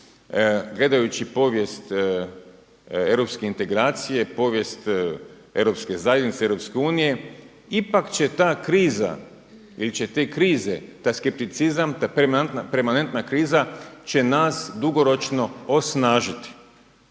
gledajući povijest europske integracije, povijest Europske zajednice, Europske unije, ipak će ta kriza ili će te krize, taj skepticizam, ta permanentna kriza će nas dugoročno osnažiti.